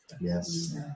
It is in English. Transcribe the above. Yes